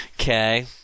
Okay